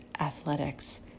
athletics